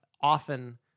Often